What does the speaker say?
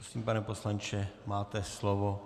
Prosím, pane poslanče, máte slovo.